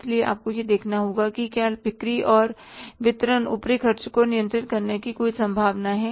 इसलिए आपको यह देखना होगा कि क्या बिक्री और वितरण ऊपरी खर्चे को नियंत्रित करने की कोई संभावना है